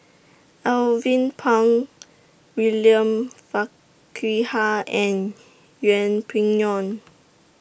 Alvin Pang William Farquhar and Yeng Pway Ngon